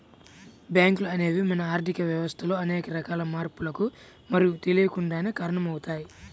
బ్యేంకులు అనేవి మన ఆర్ధిక వ్యవస్థలో అనేక రకాల మార్పులకు మనకు తెలియకుండానే కారణమవుతయ్